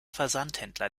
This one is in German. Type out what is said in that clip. versandhändler